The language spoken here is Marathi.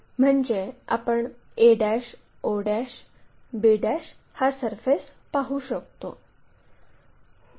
म्हणजे आपण a o b हा सरफेस पाहू शकतो